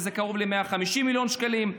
קרוב ל-150 מיליון שקלים,